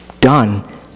done